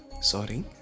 Sorry